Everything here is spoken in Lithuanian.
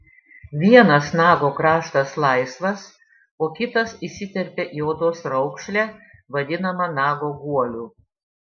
vienas nago kraštas laisvas o kitas įsiterpia į odos raukšlę vadinamą nago guoliu